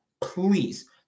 Please